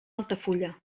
altafulla